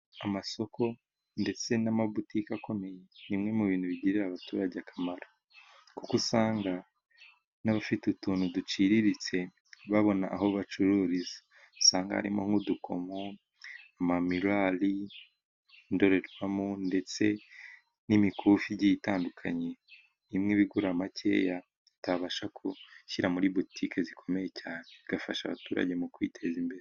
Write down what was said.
Amasoko ndetse n'amabutiki akomeye, ni bimwe mu bintu bigirira abaturage akamaro, kuko usanga n'abafite utuntu duciriritse babona aho bacururiza, usanga harimo nk'udukomo, amamiruwari, indorerwamo ndetse n'imikufi igiye itandukanye, imwe iba igura makeya utabasha gushyira muri butike zikomeye cyane igafasha abaturage mu kwiteza imbere.